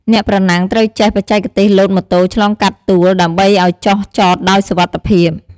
អ្នកប្រណាំងត្រូវចេះបច្ចេកទេសលោតម៉ូតូឆ្លងកាត់ទួល ដើម្បីឲ្យចុះចតដោយសុវត្ថិភាព។